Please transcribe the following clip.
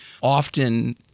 often